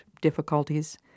difficulties